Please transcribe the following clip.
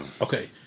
Okay